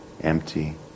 empty